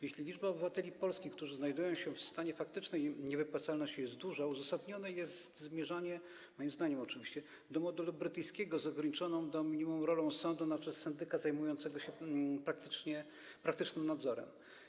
Jeśli liczba obywateli Polski, którzy znajdują się w stanie faktycznej niewypłacalności, jest duża, uzasadnione jest zmierzanie, moim zdaniem oczywiście, do modelu brytyjskiego z ograniczoną do minimum rolą sądu na rzecz syndyka zajmującego się praktycznym nadzorem.